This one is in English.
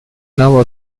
now